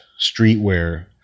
streetwear